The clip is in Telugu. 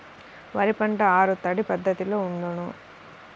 వరి పంట ఆరు తడి పద్ధతిలో పండునా?